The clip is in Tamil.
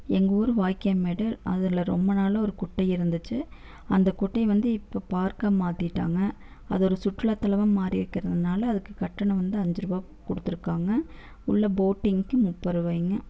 எங்கூர் வாய்க்காமேடு அதில் ரொம்ப நாளாக ஒரு குட்டை இருந்துச்சு அந்த குட்டை வந்து இப்போ பார்க்கா மாற்றிட்டாங்க அது ஒரு சுற்றுலா தளமாக மாறியிருக்கிறதுனால அதுக்கு கட்டணம் வந்து அஞ்சு ரூபா கொடுத்துருக்காங்க உள்ளே போட்டிங்க்கு முப்பரூபாய்ங்க